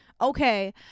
Okay